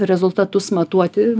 rezultatus matuoti